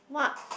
what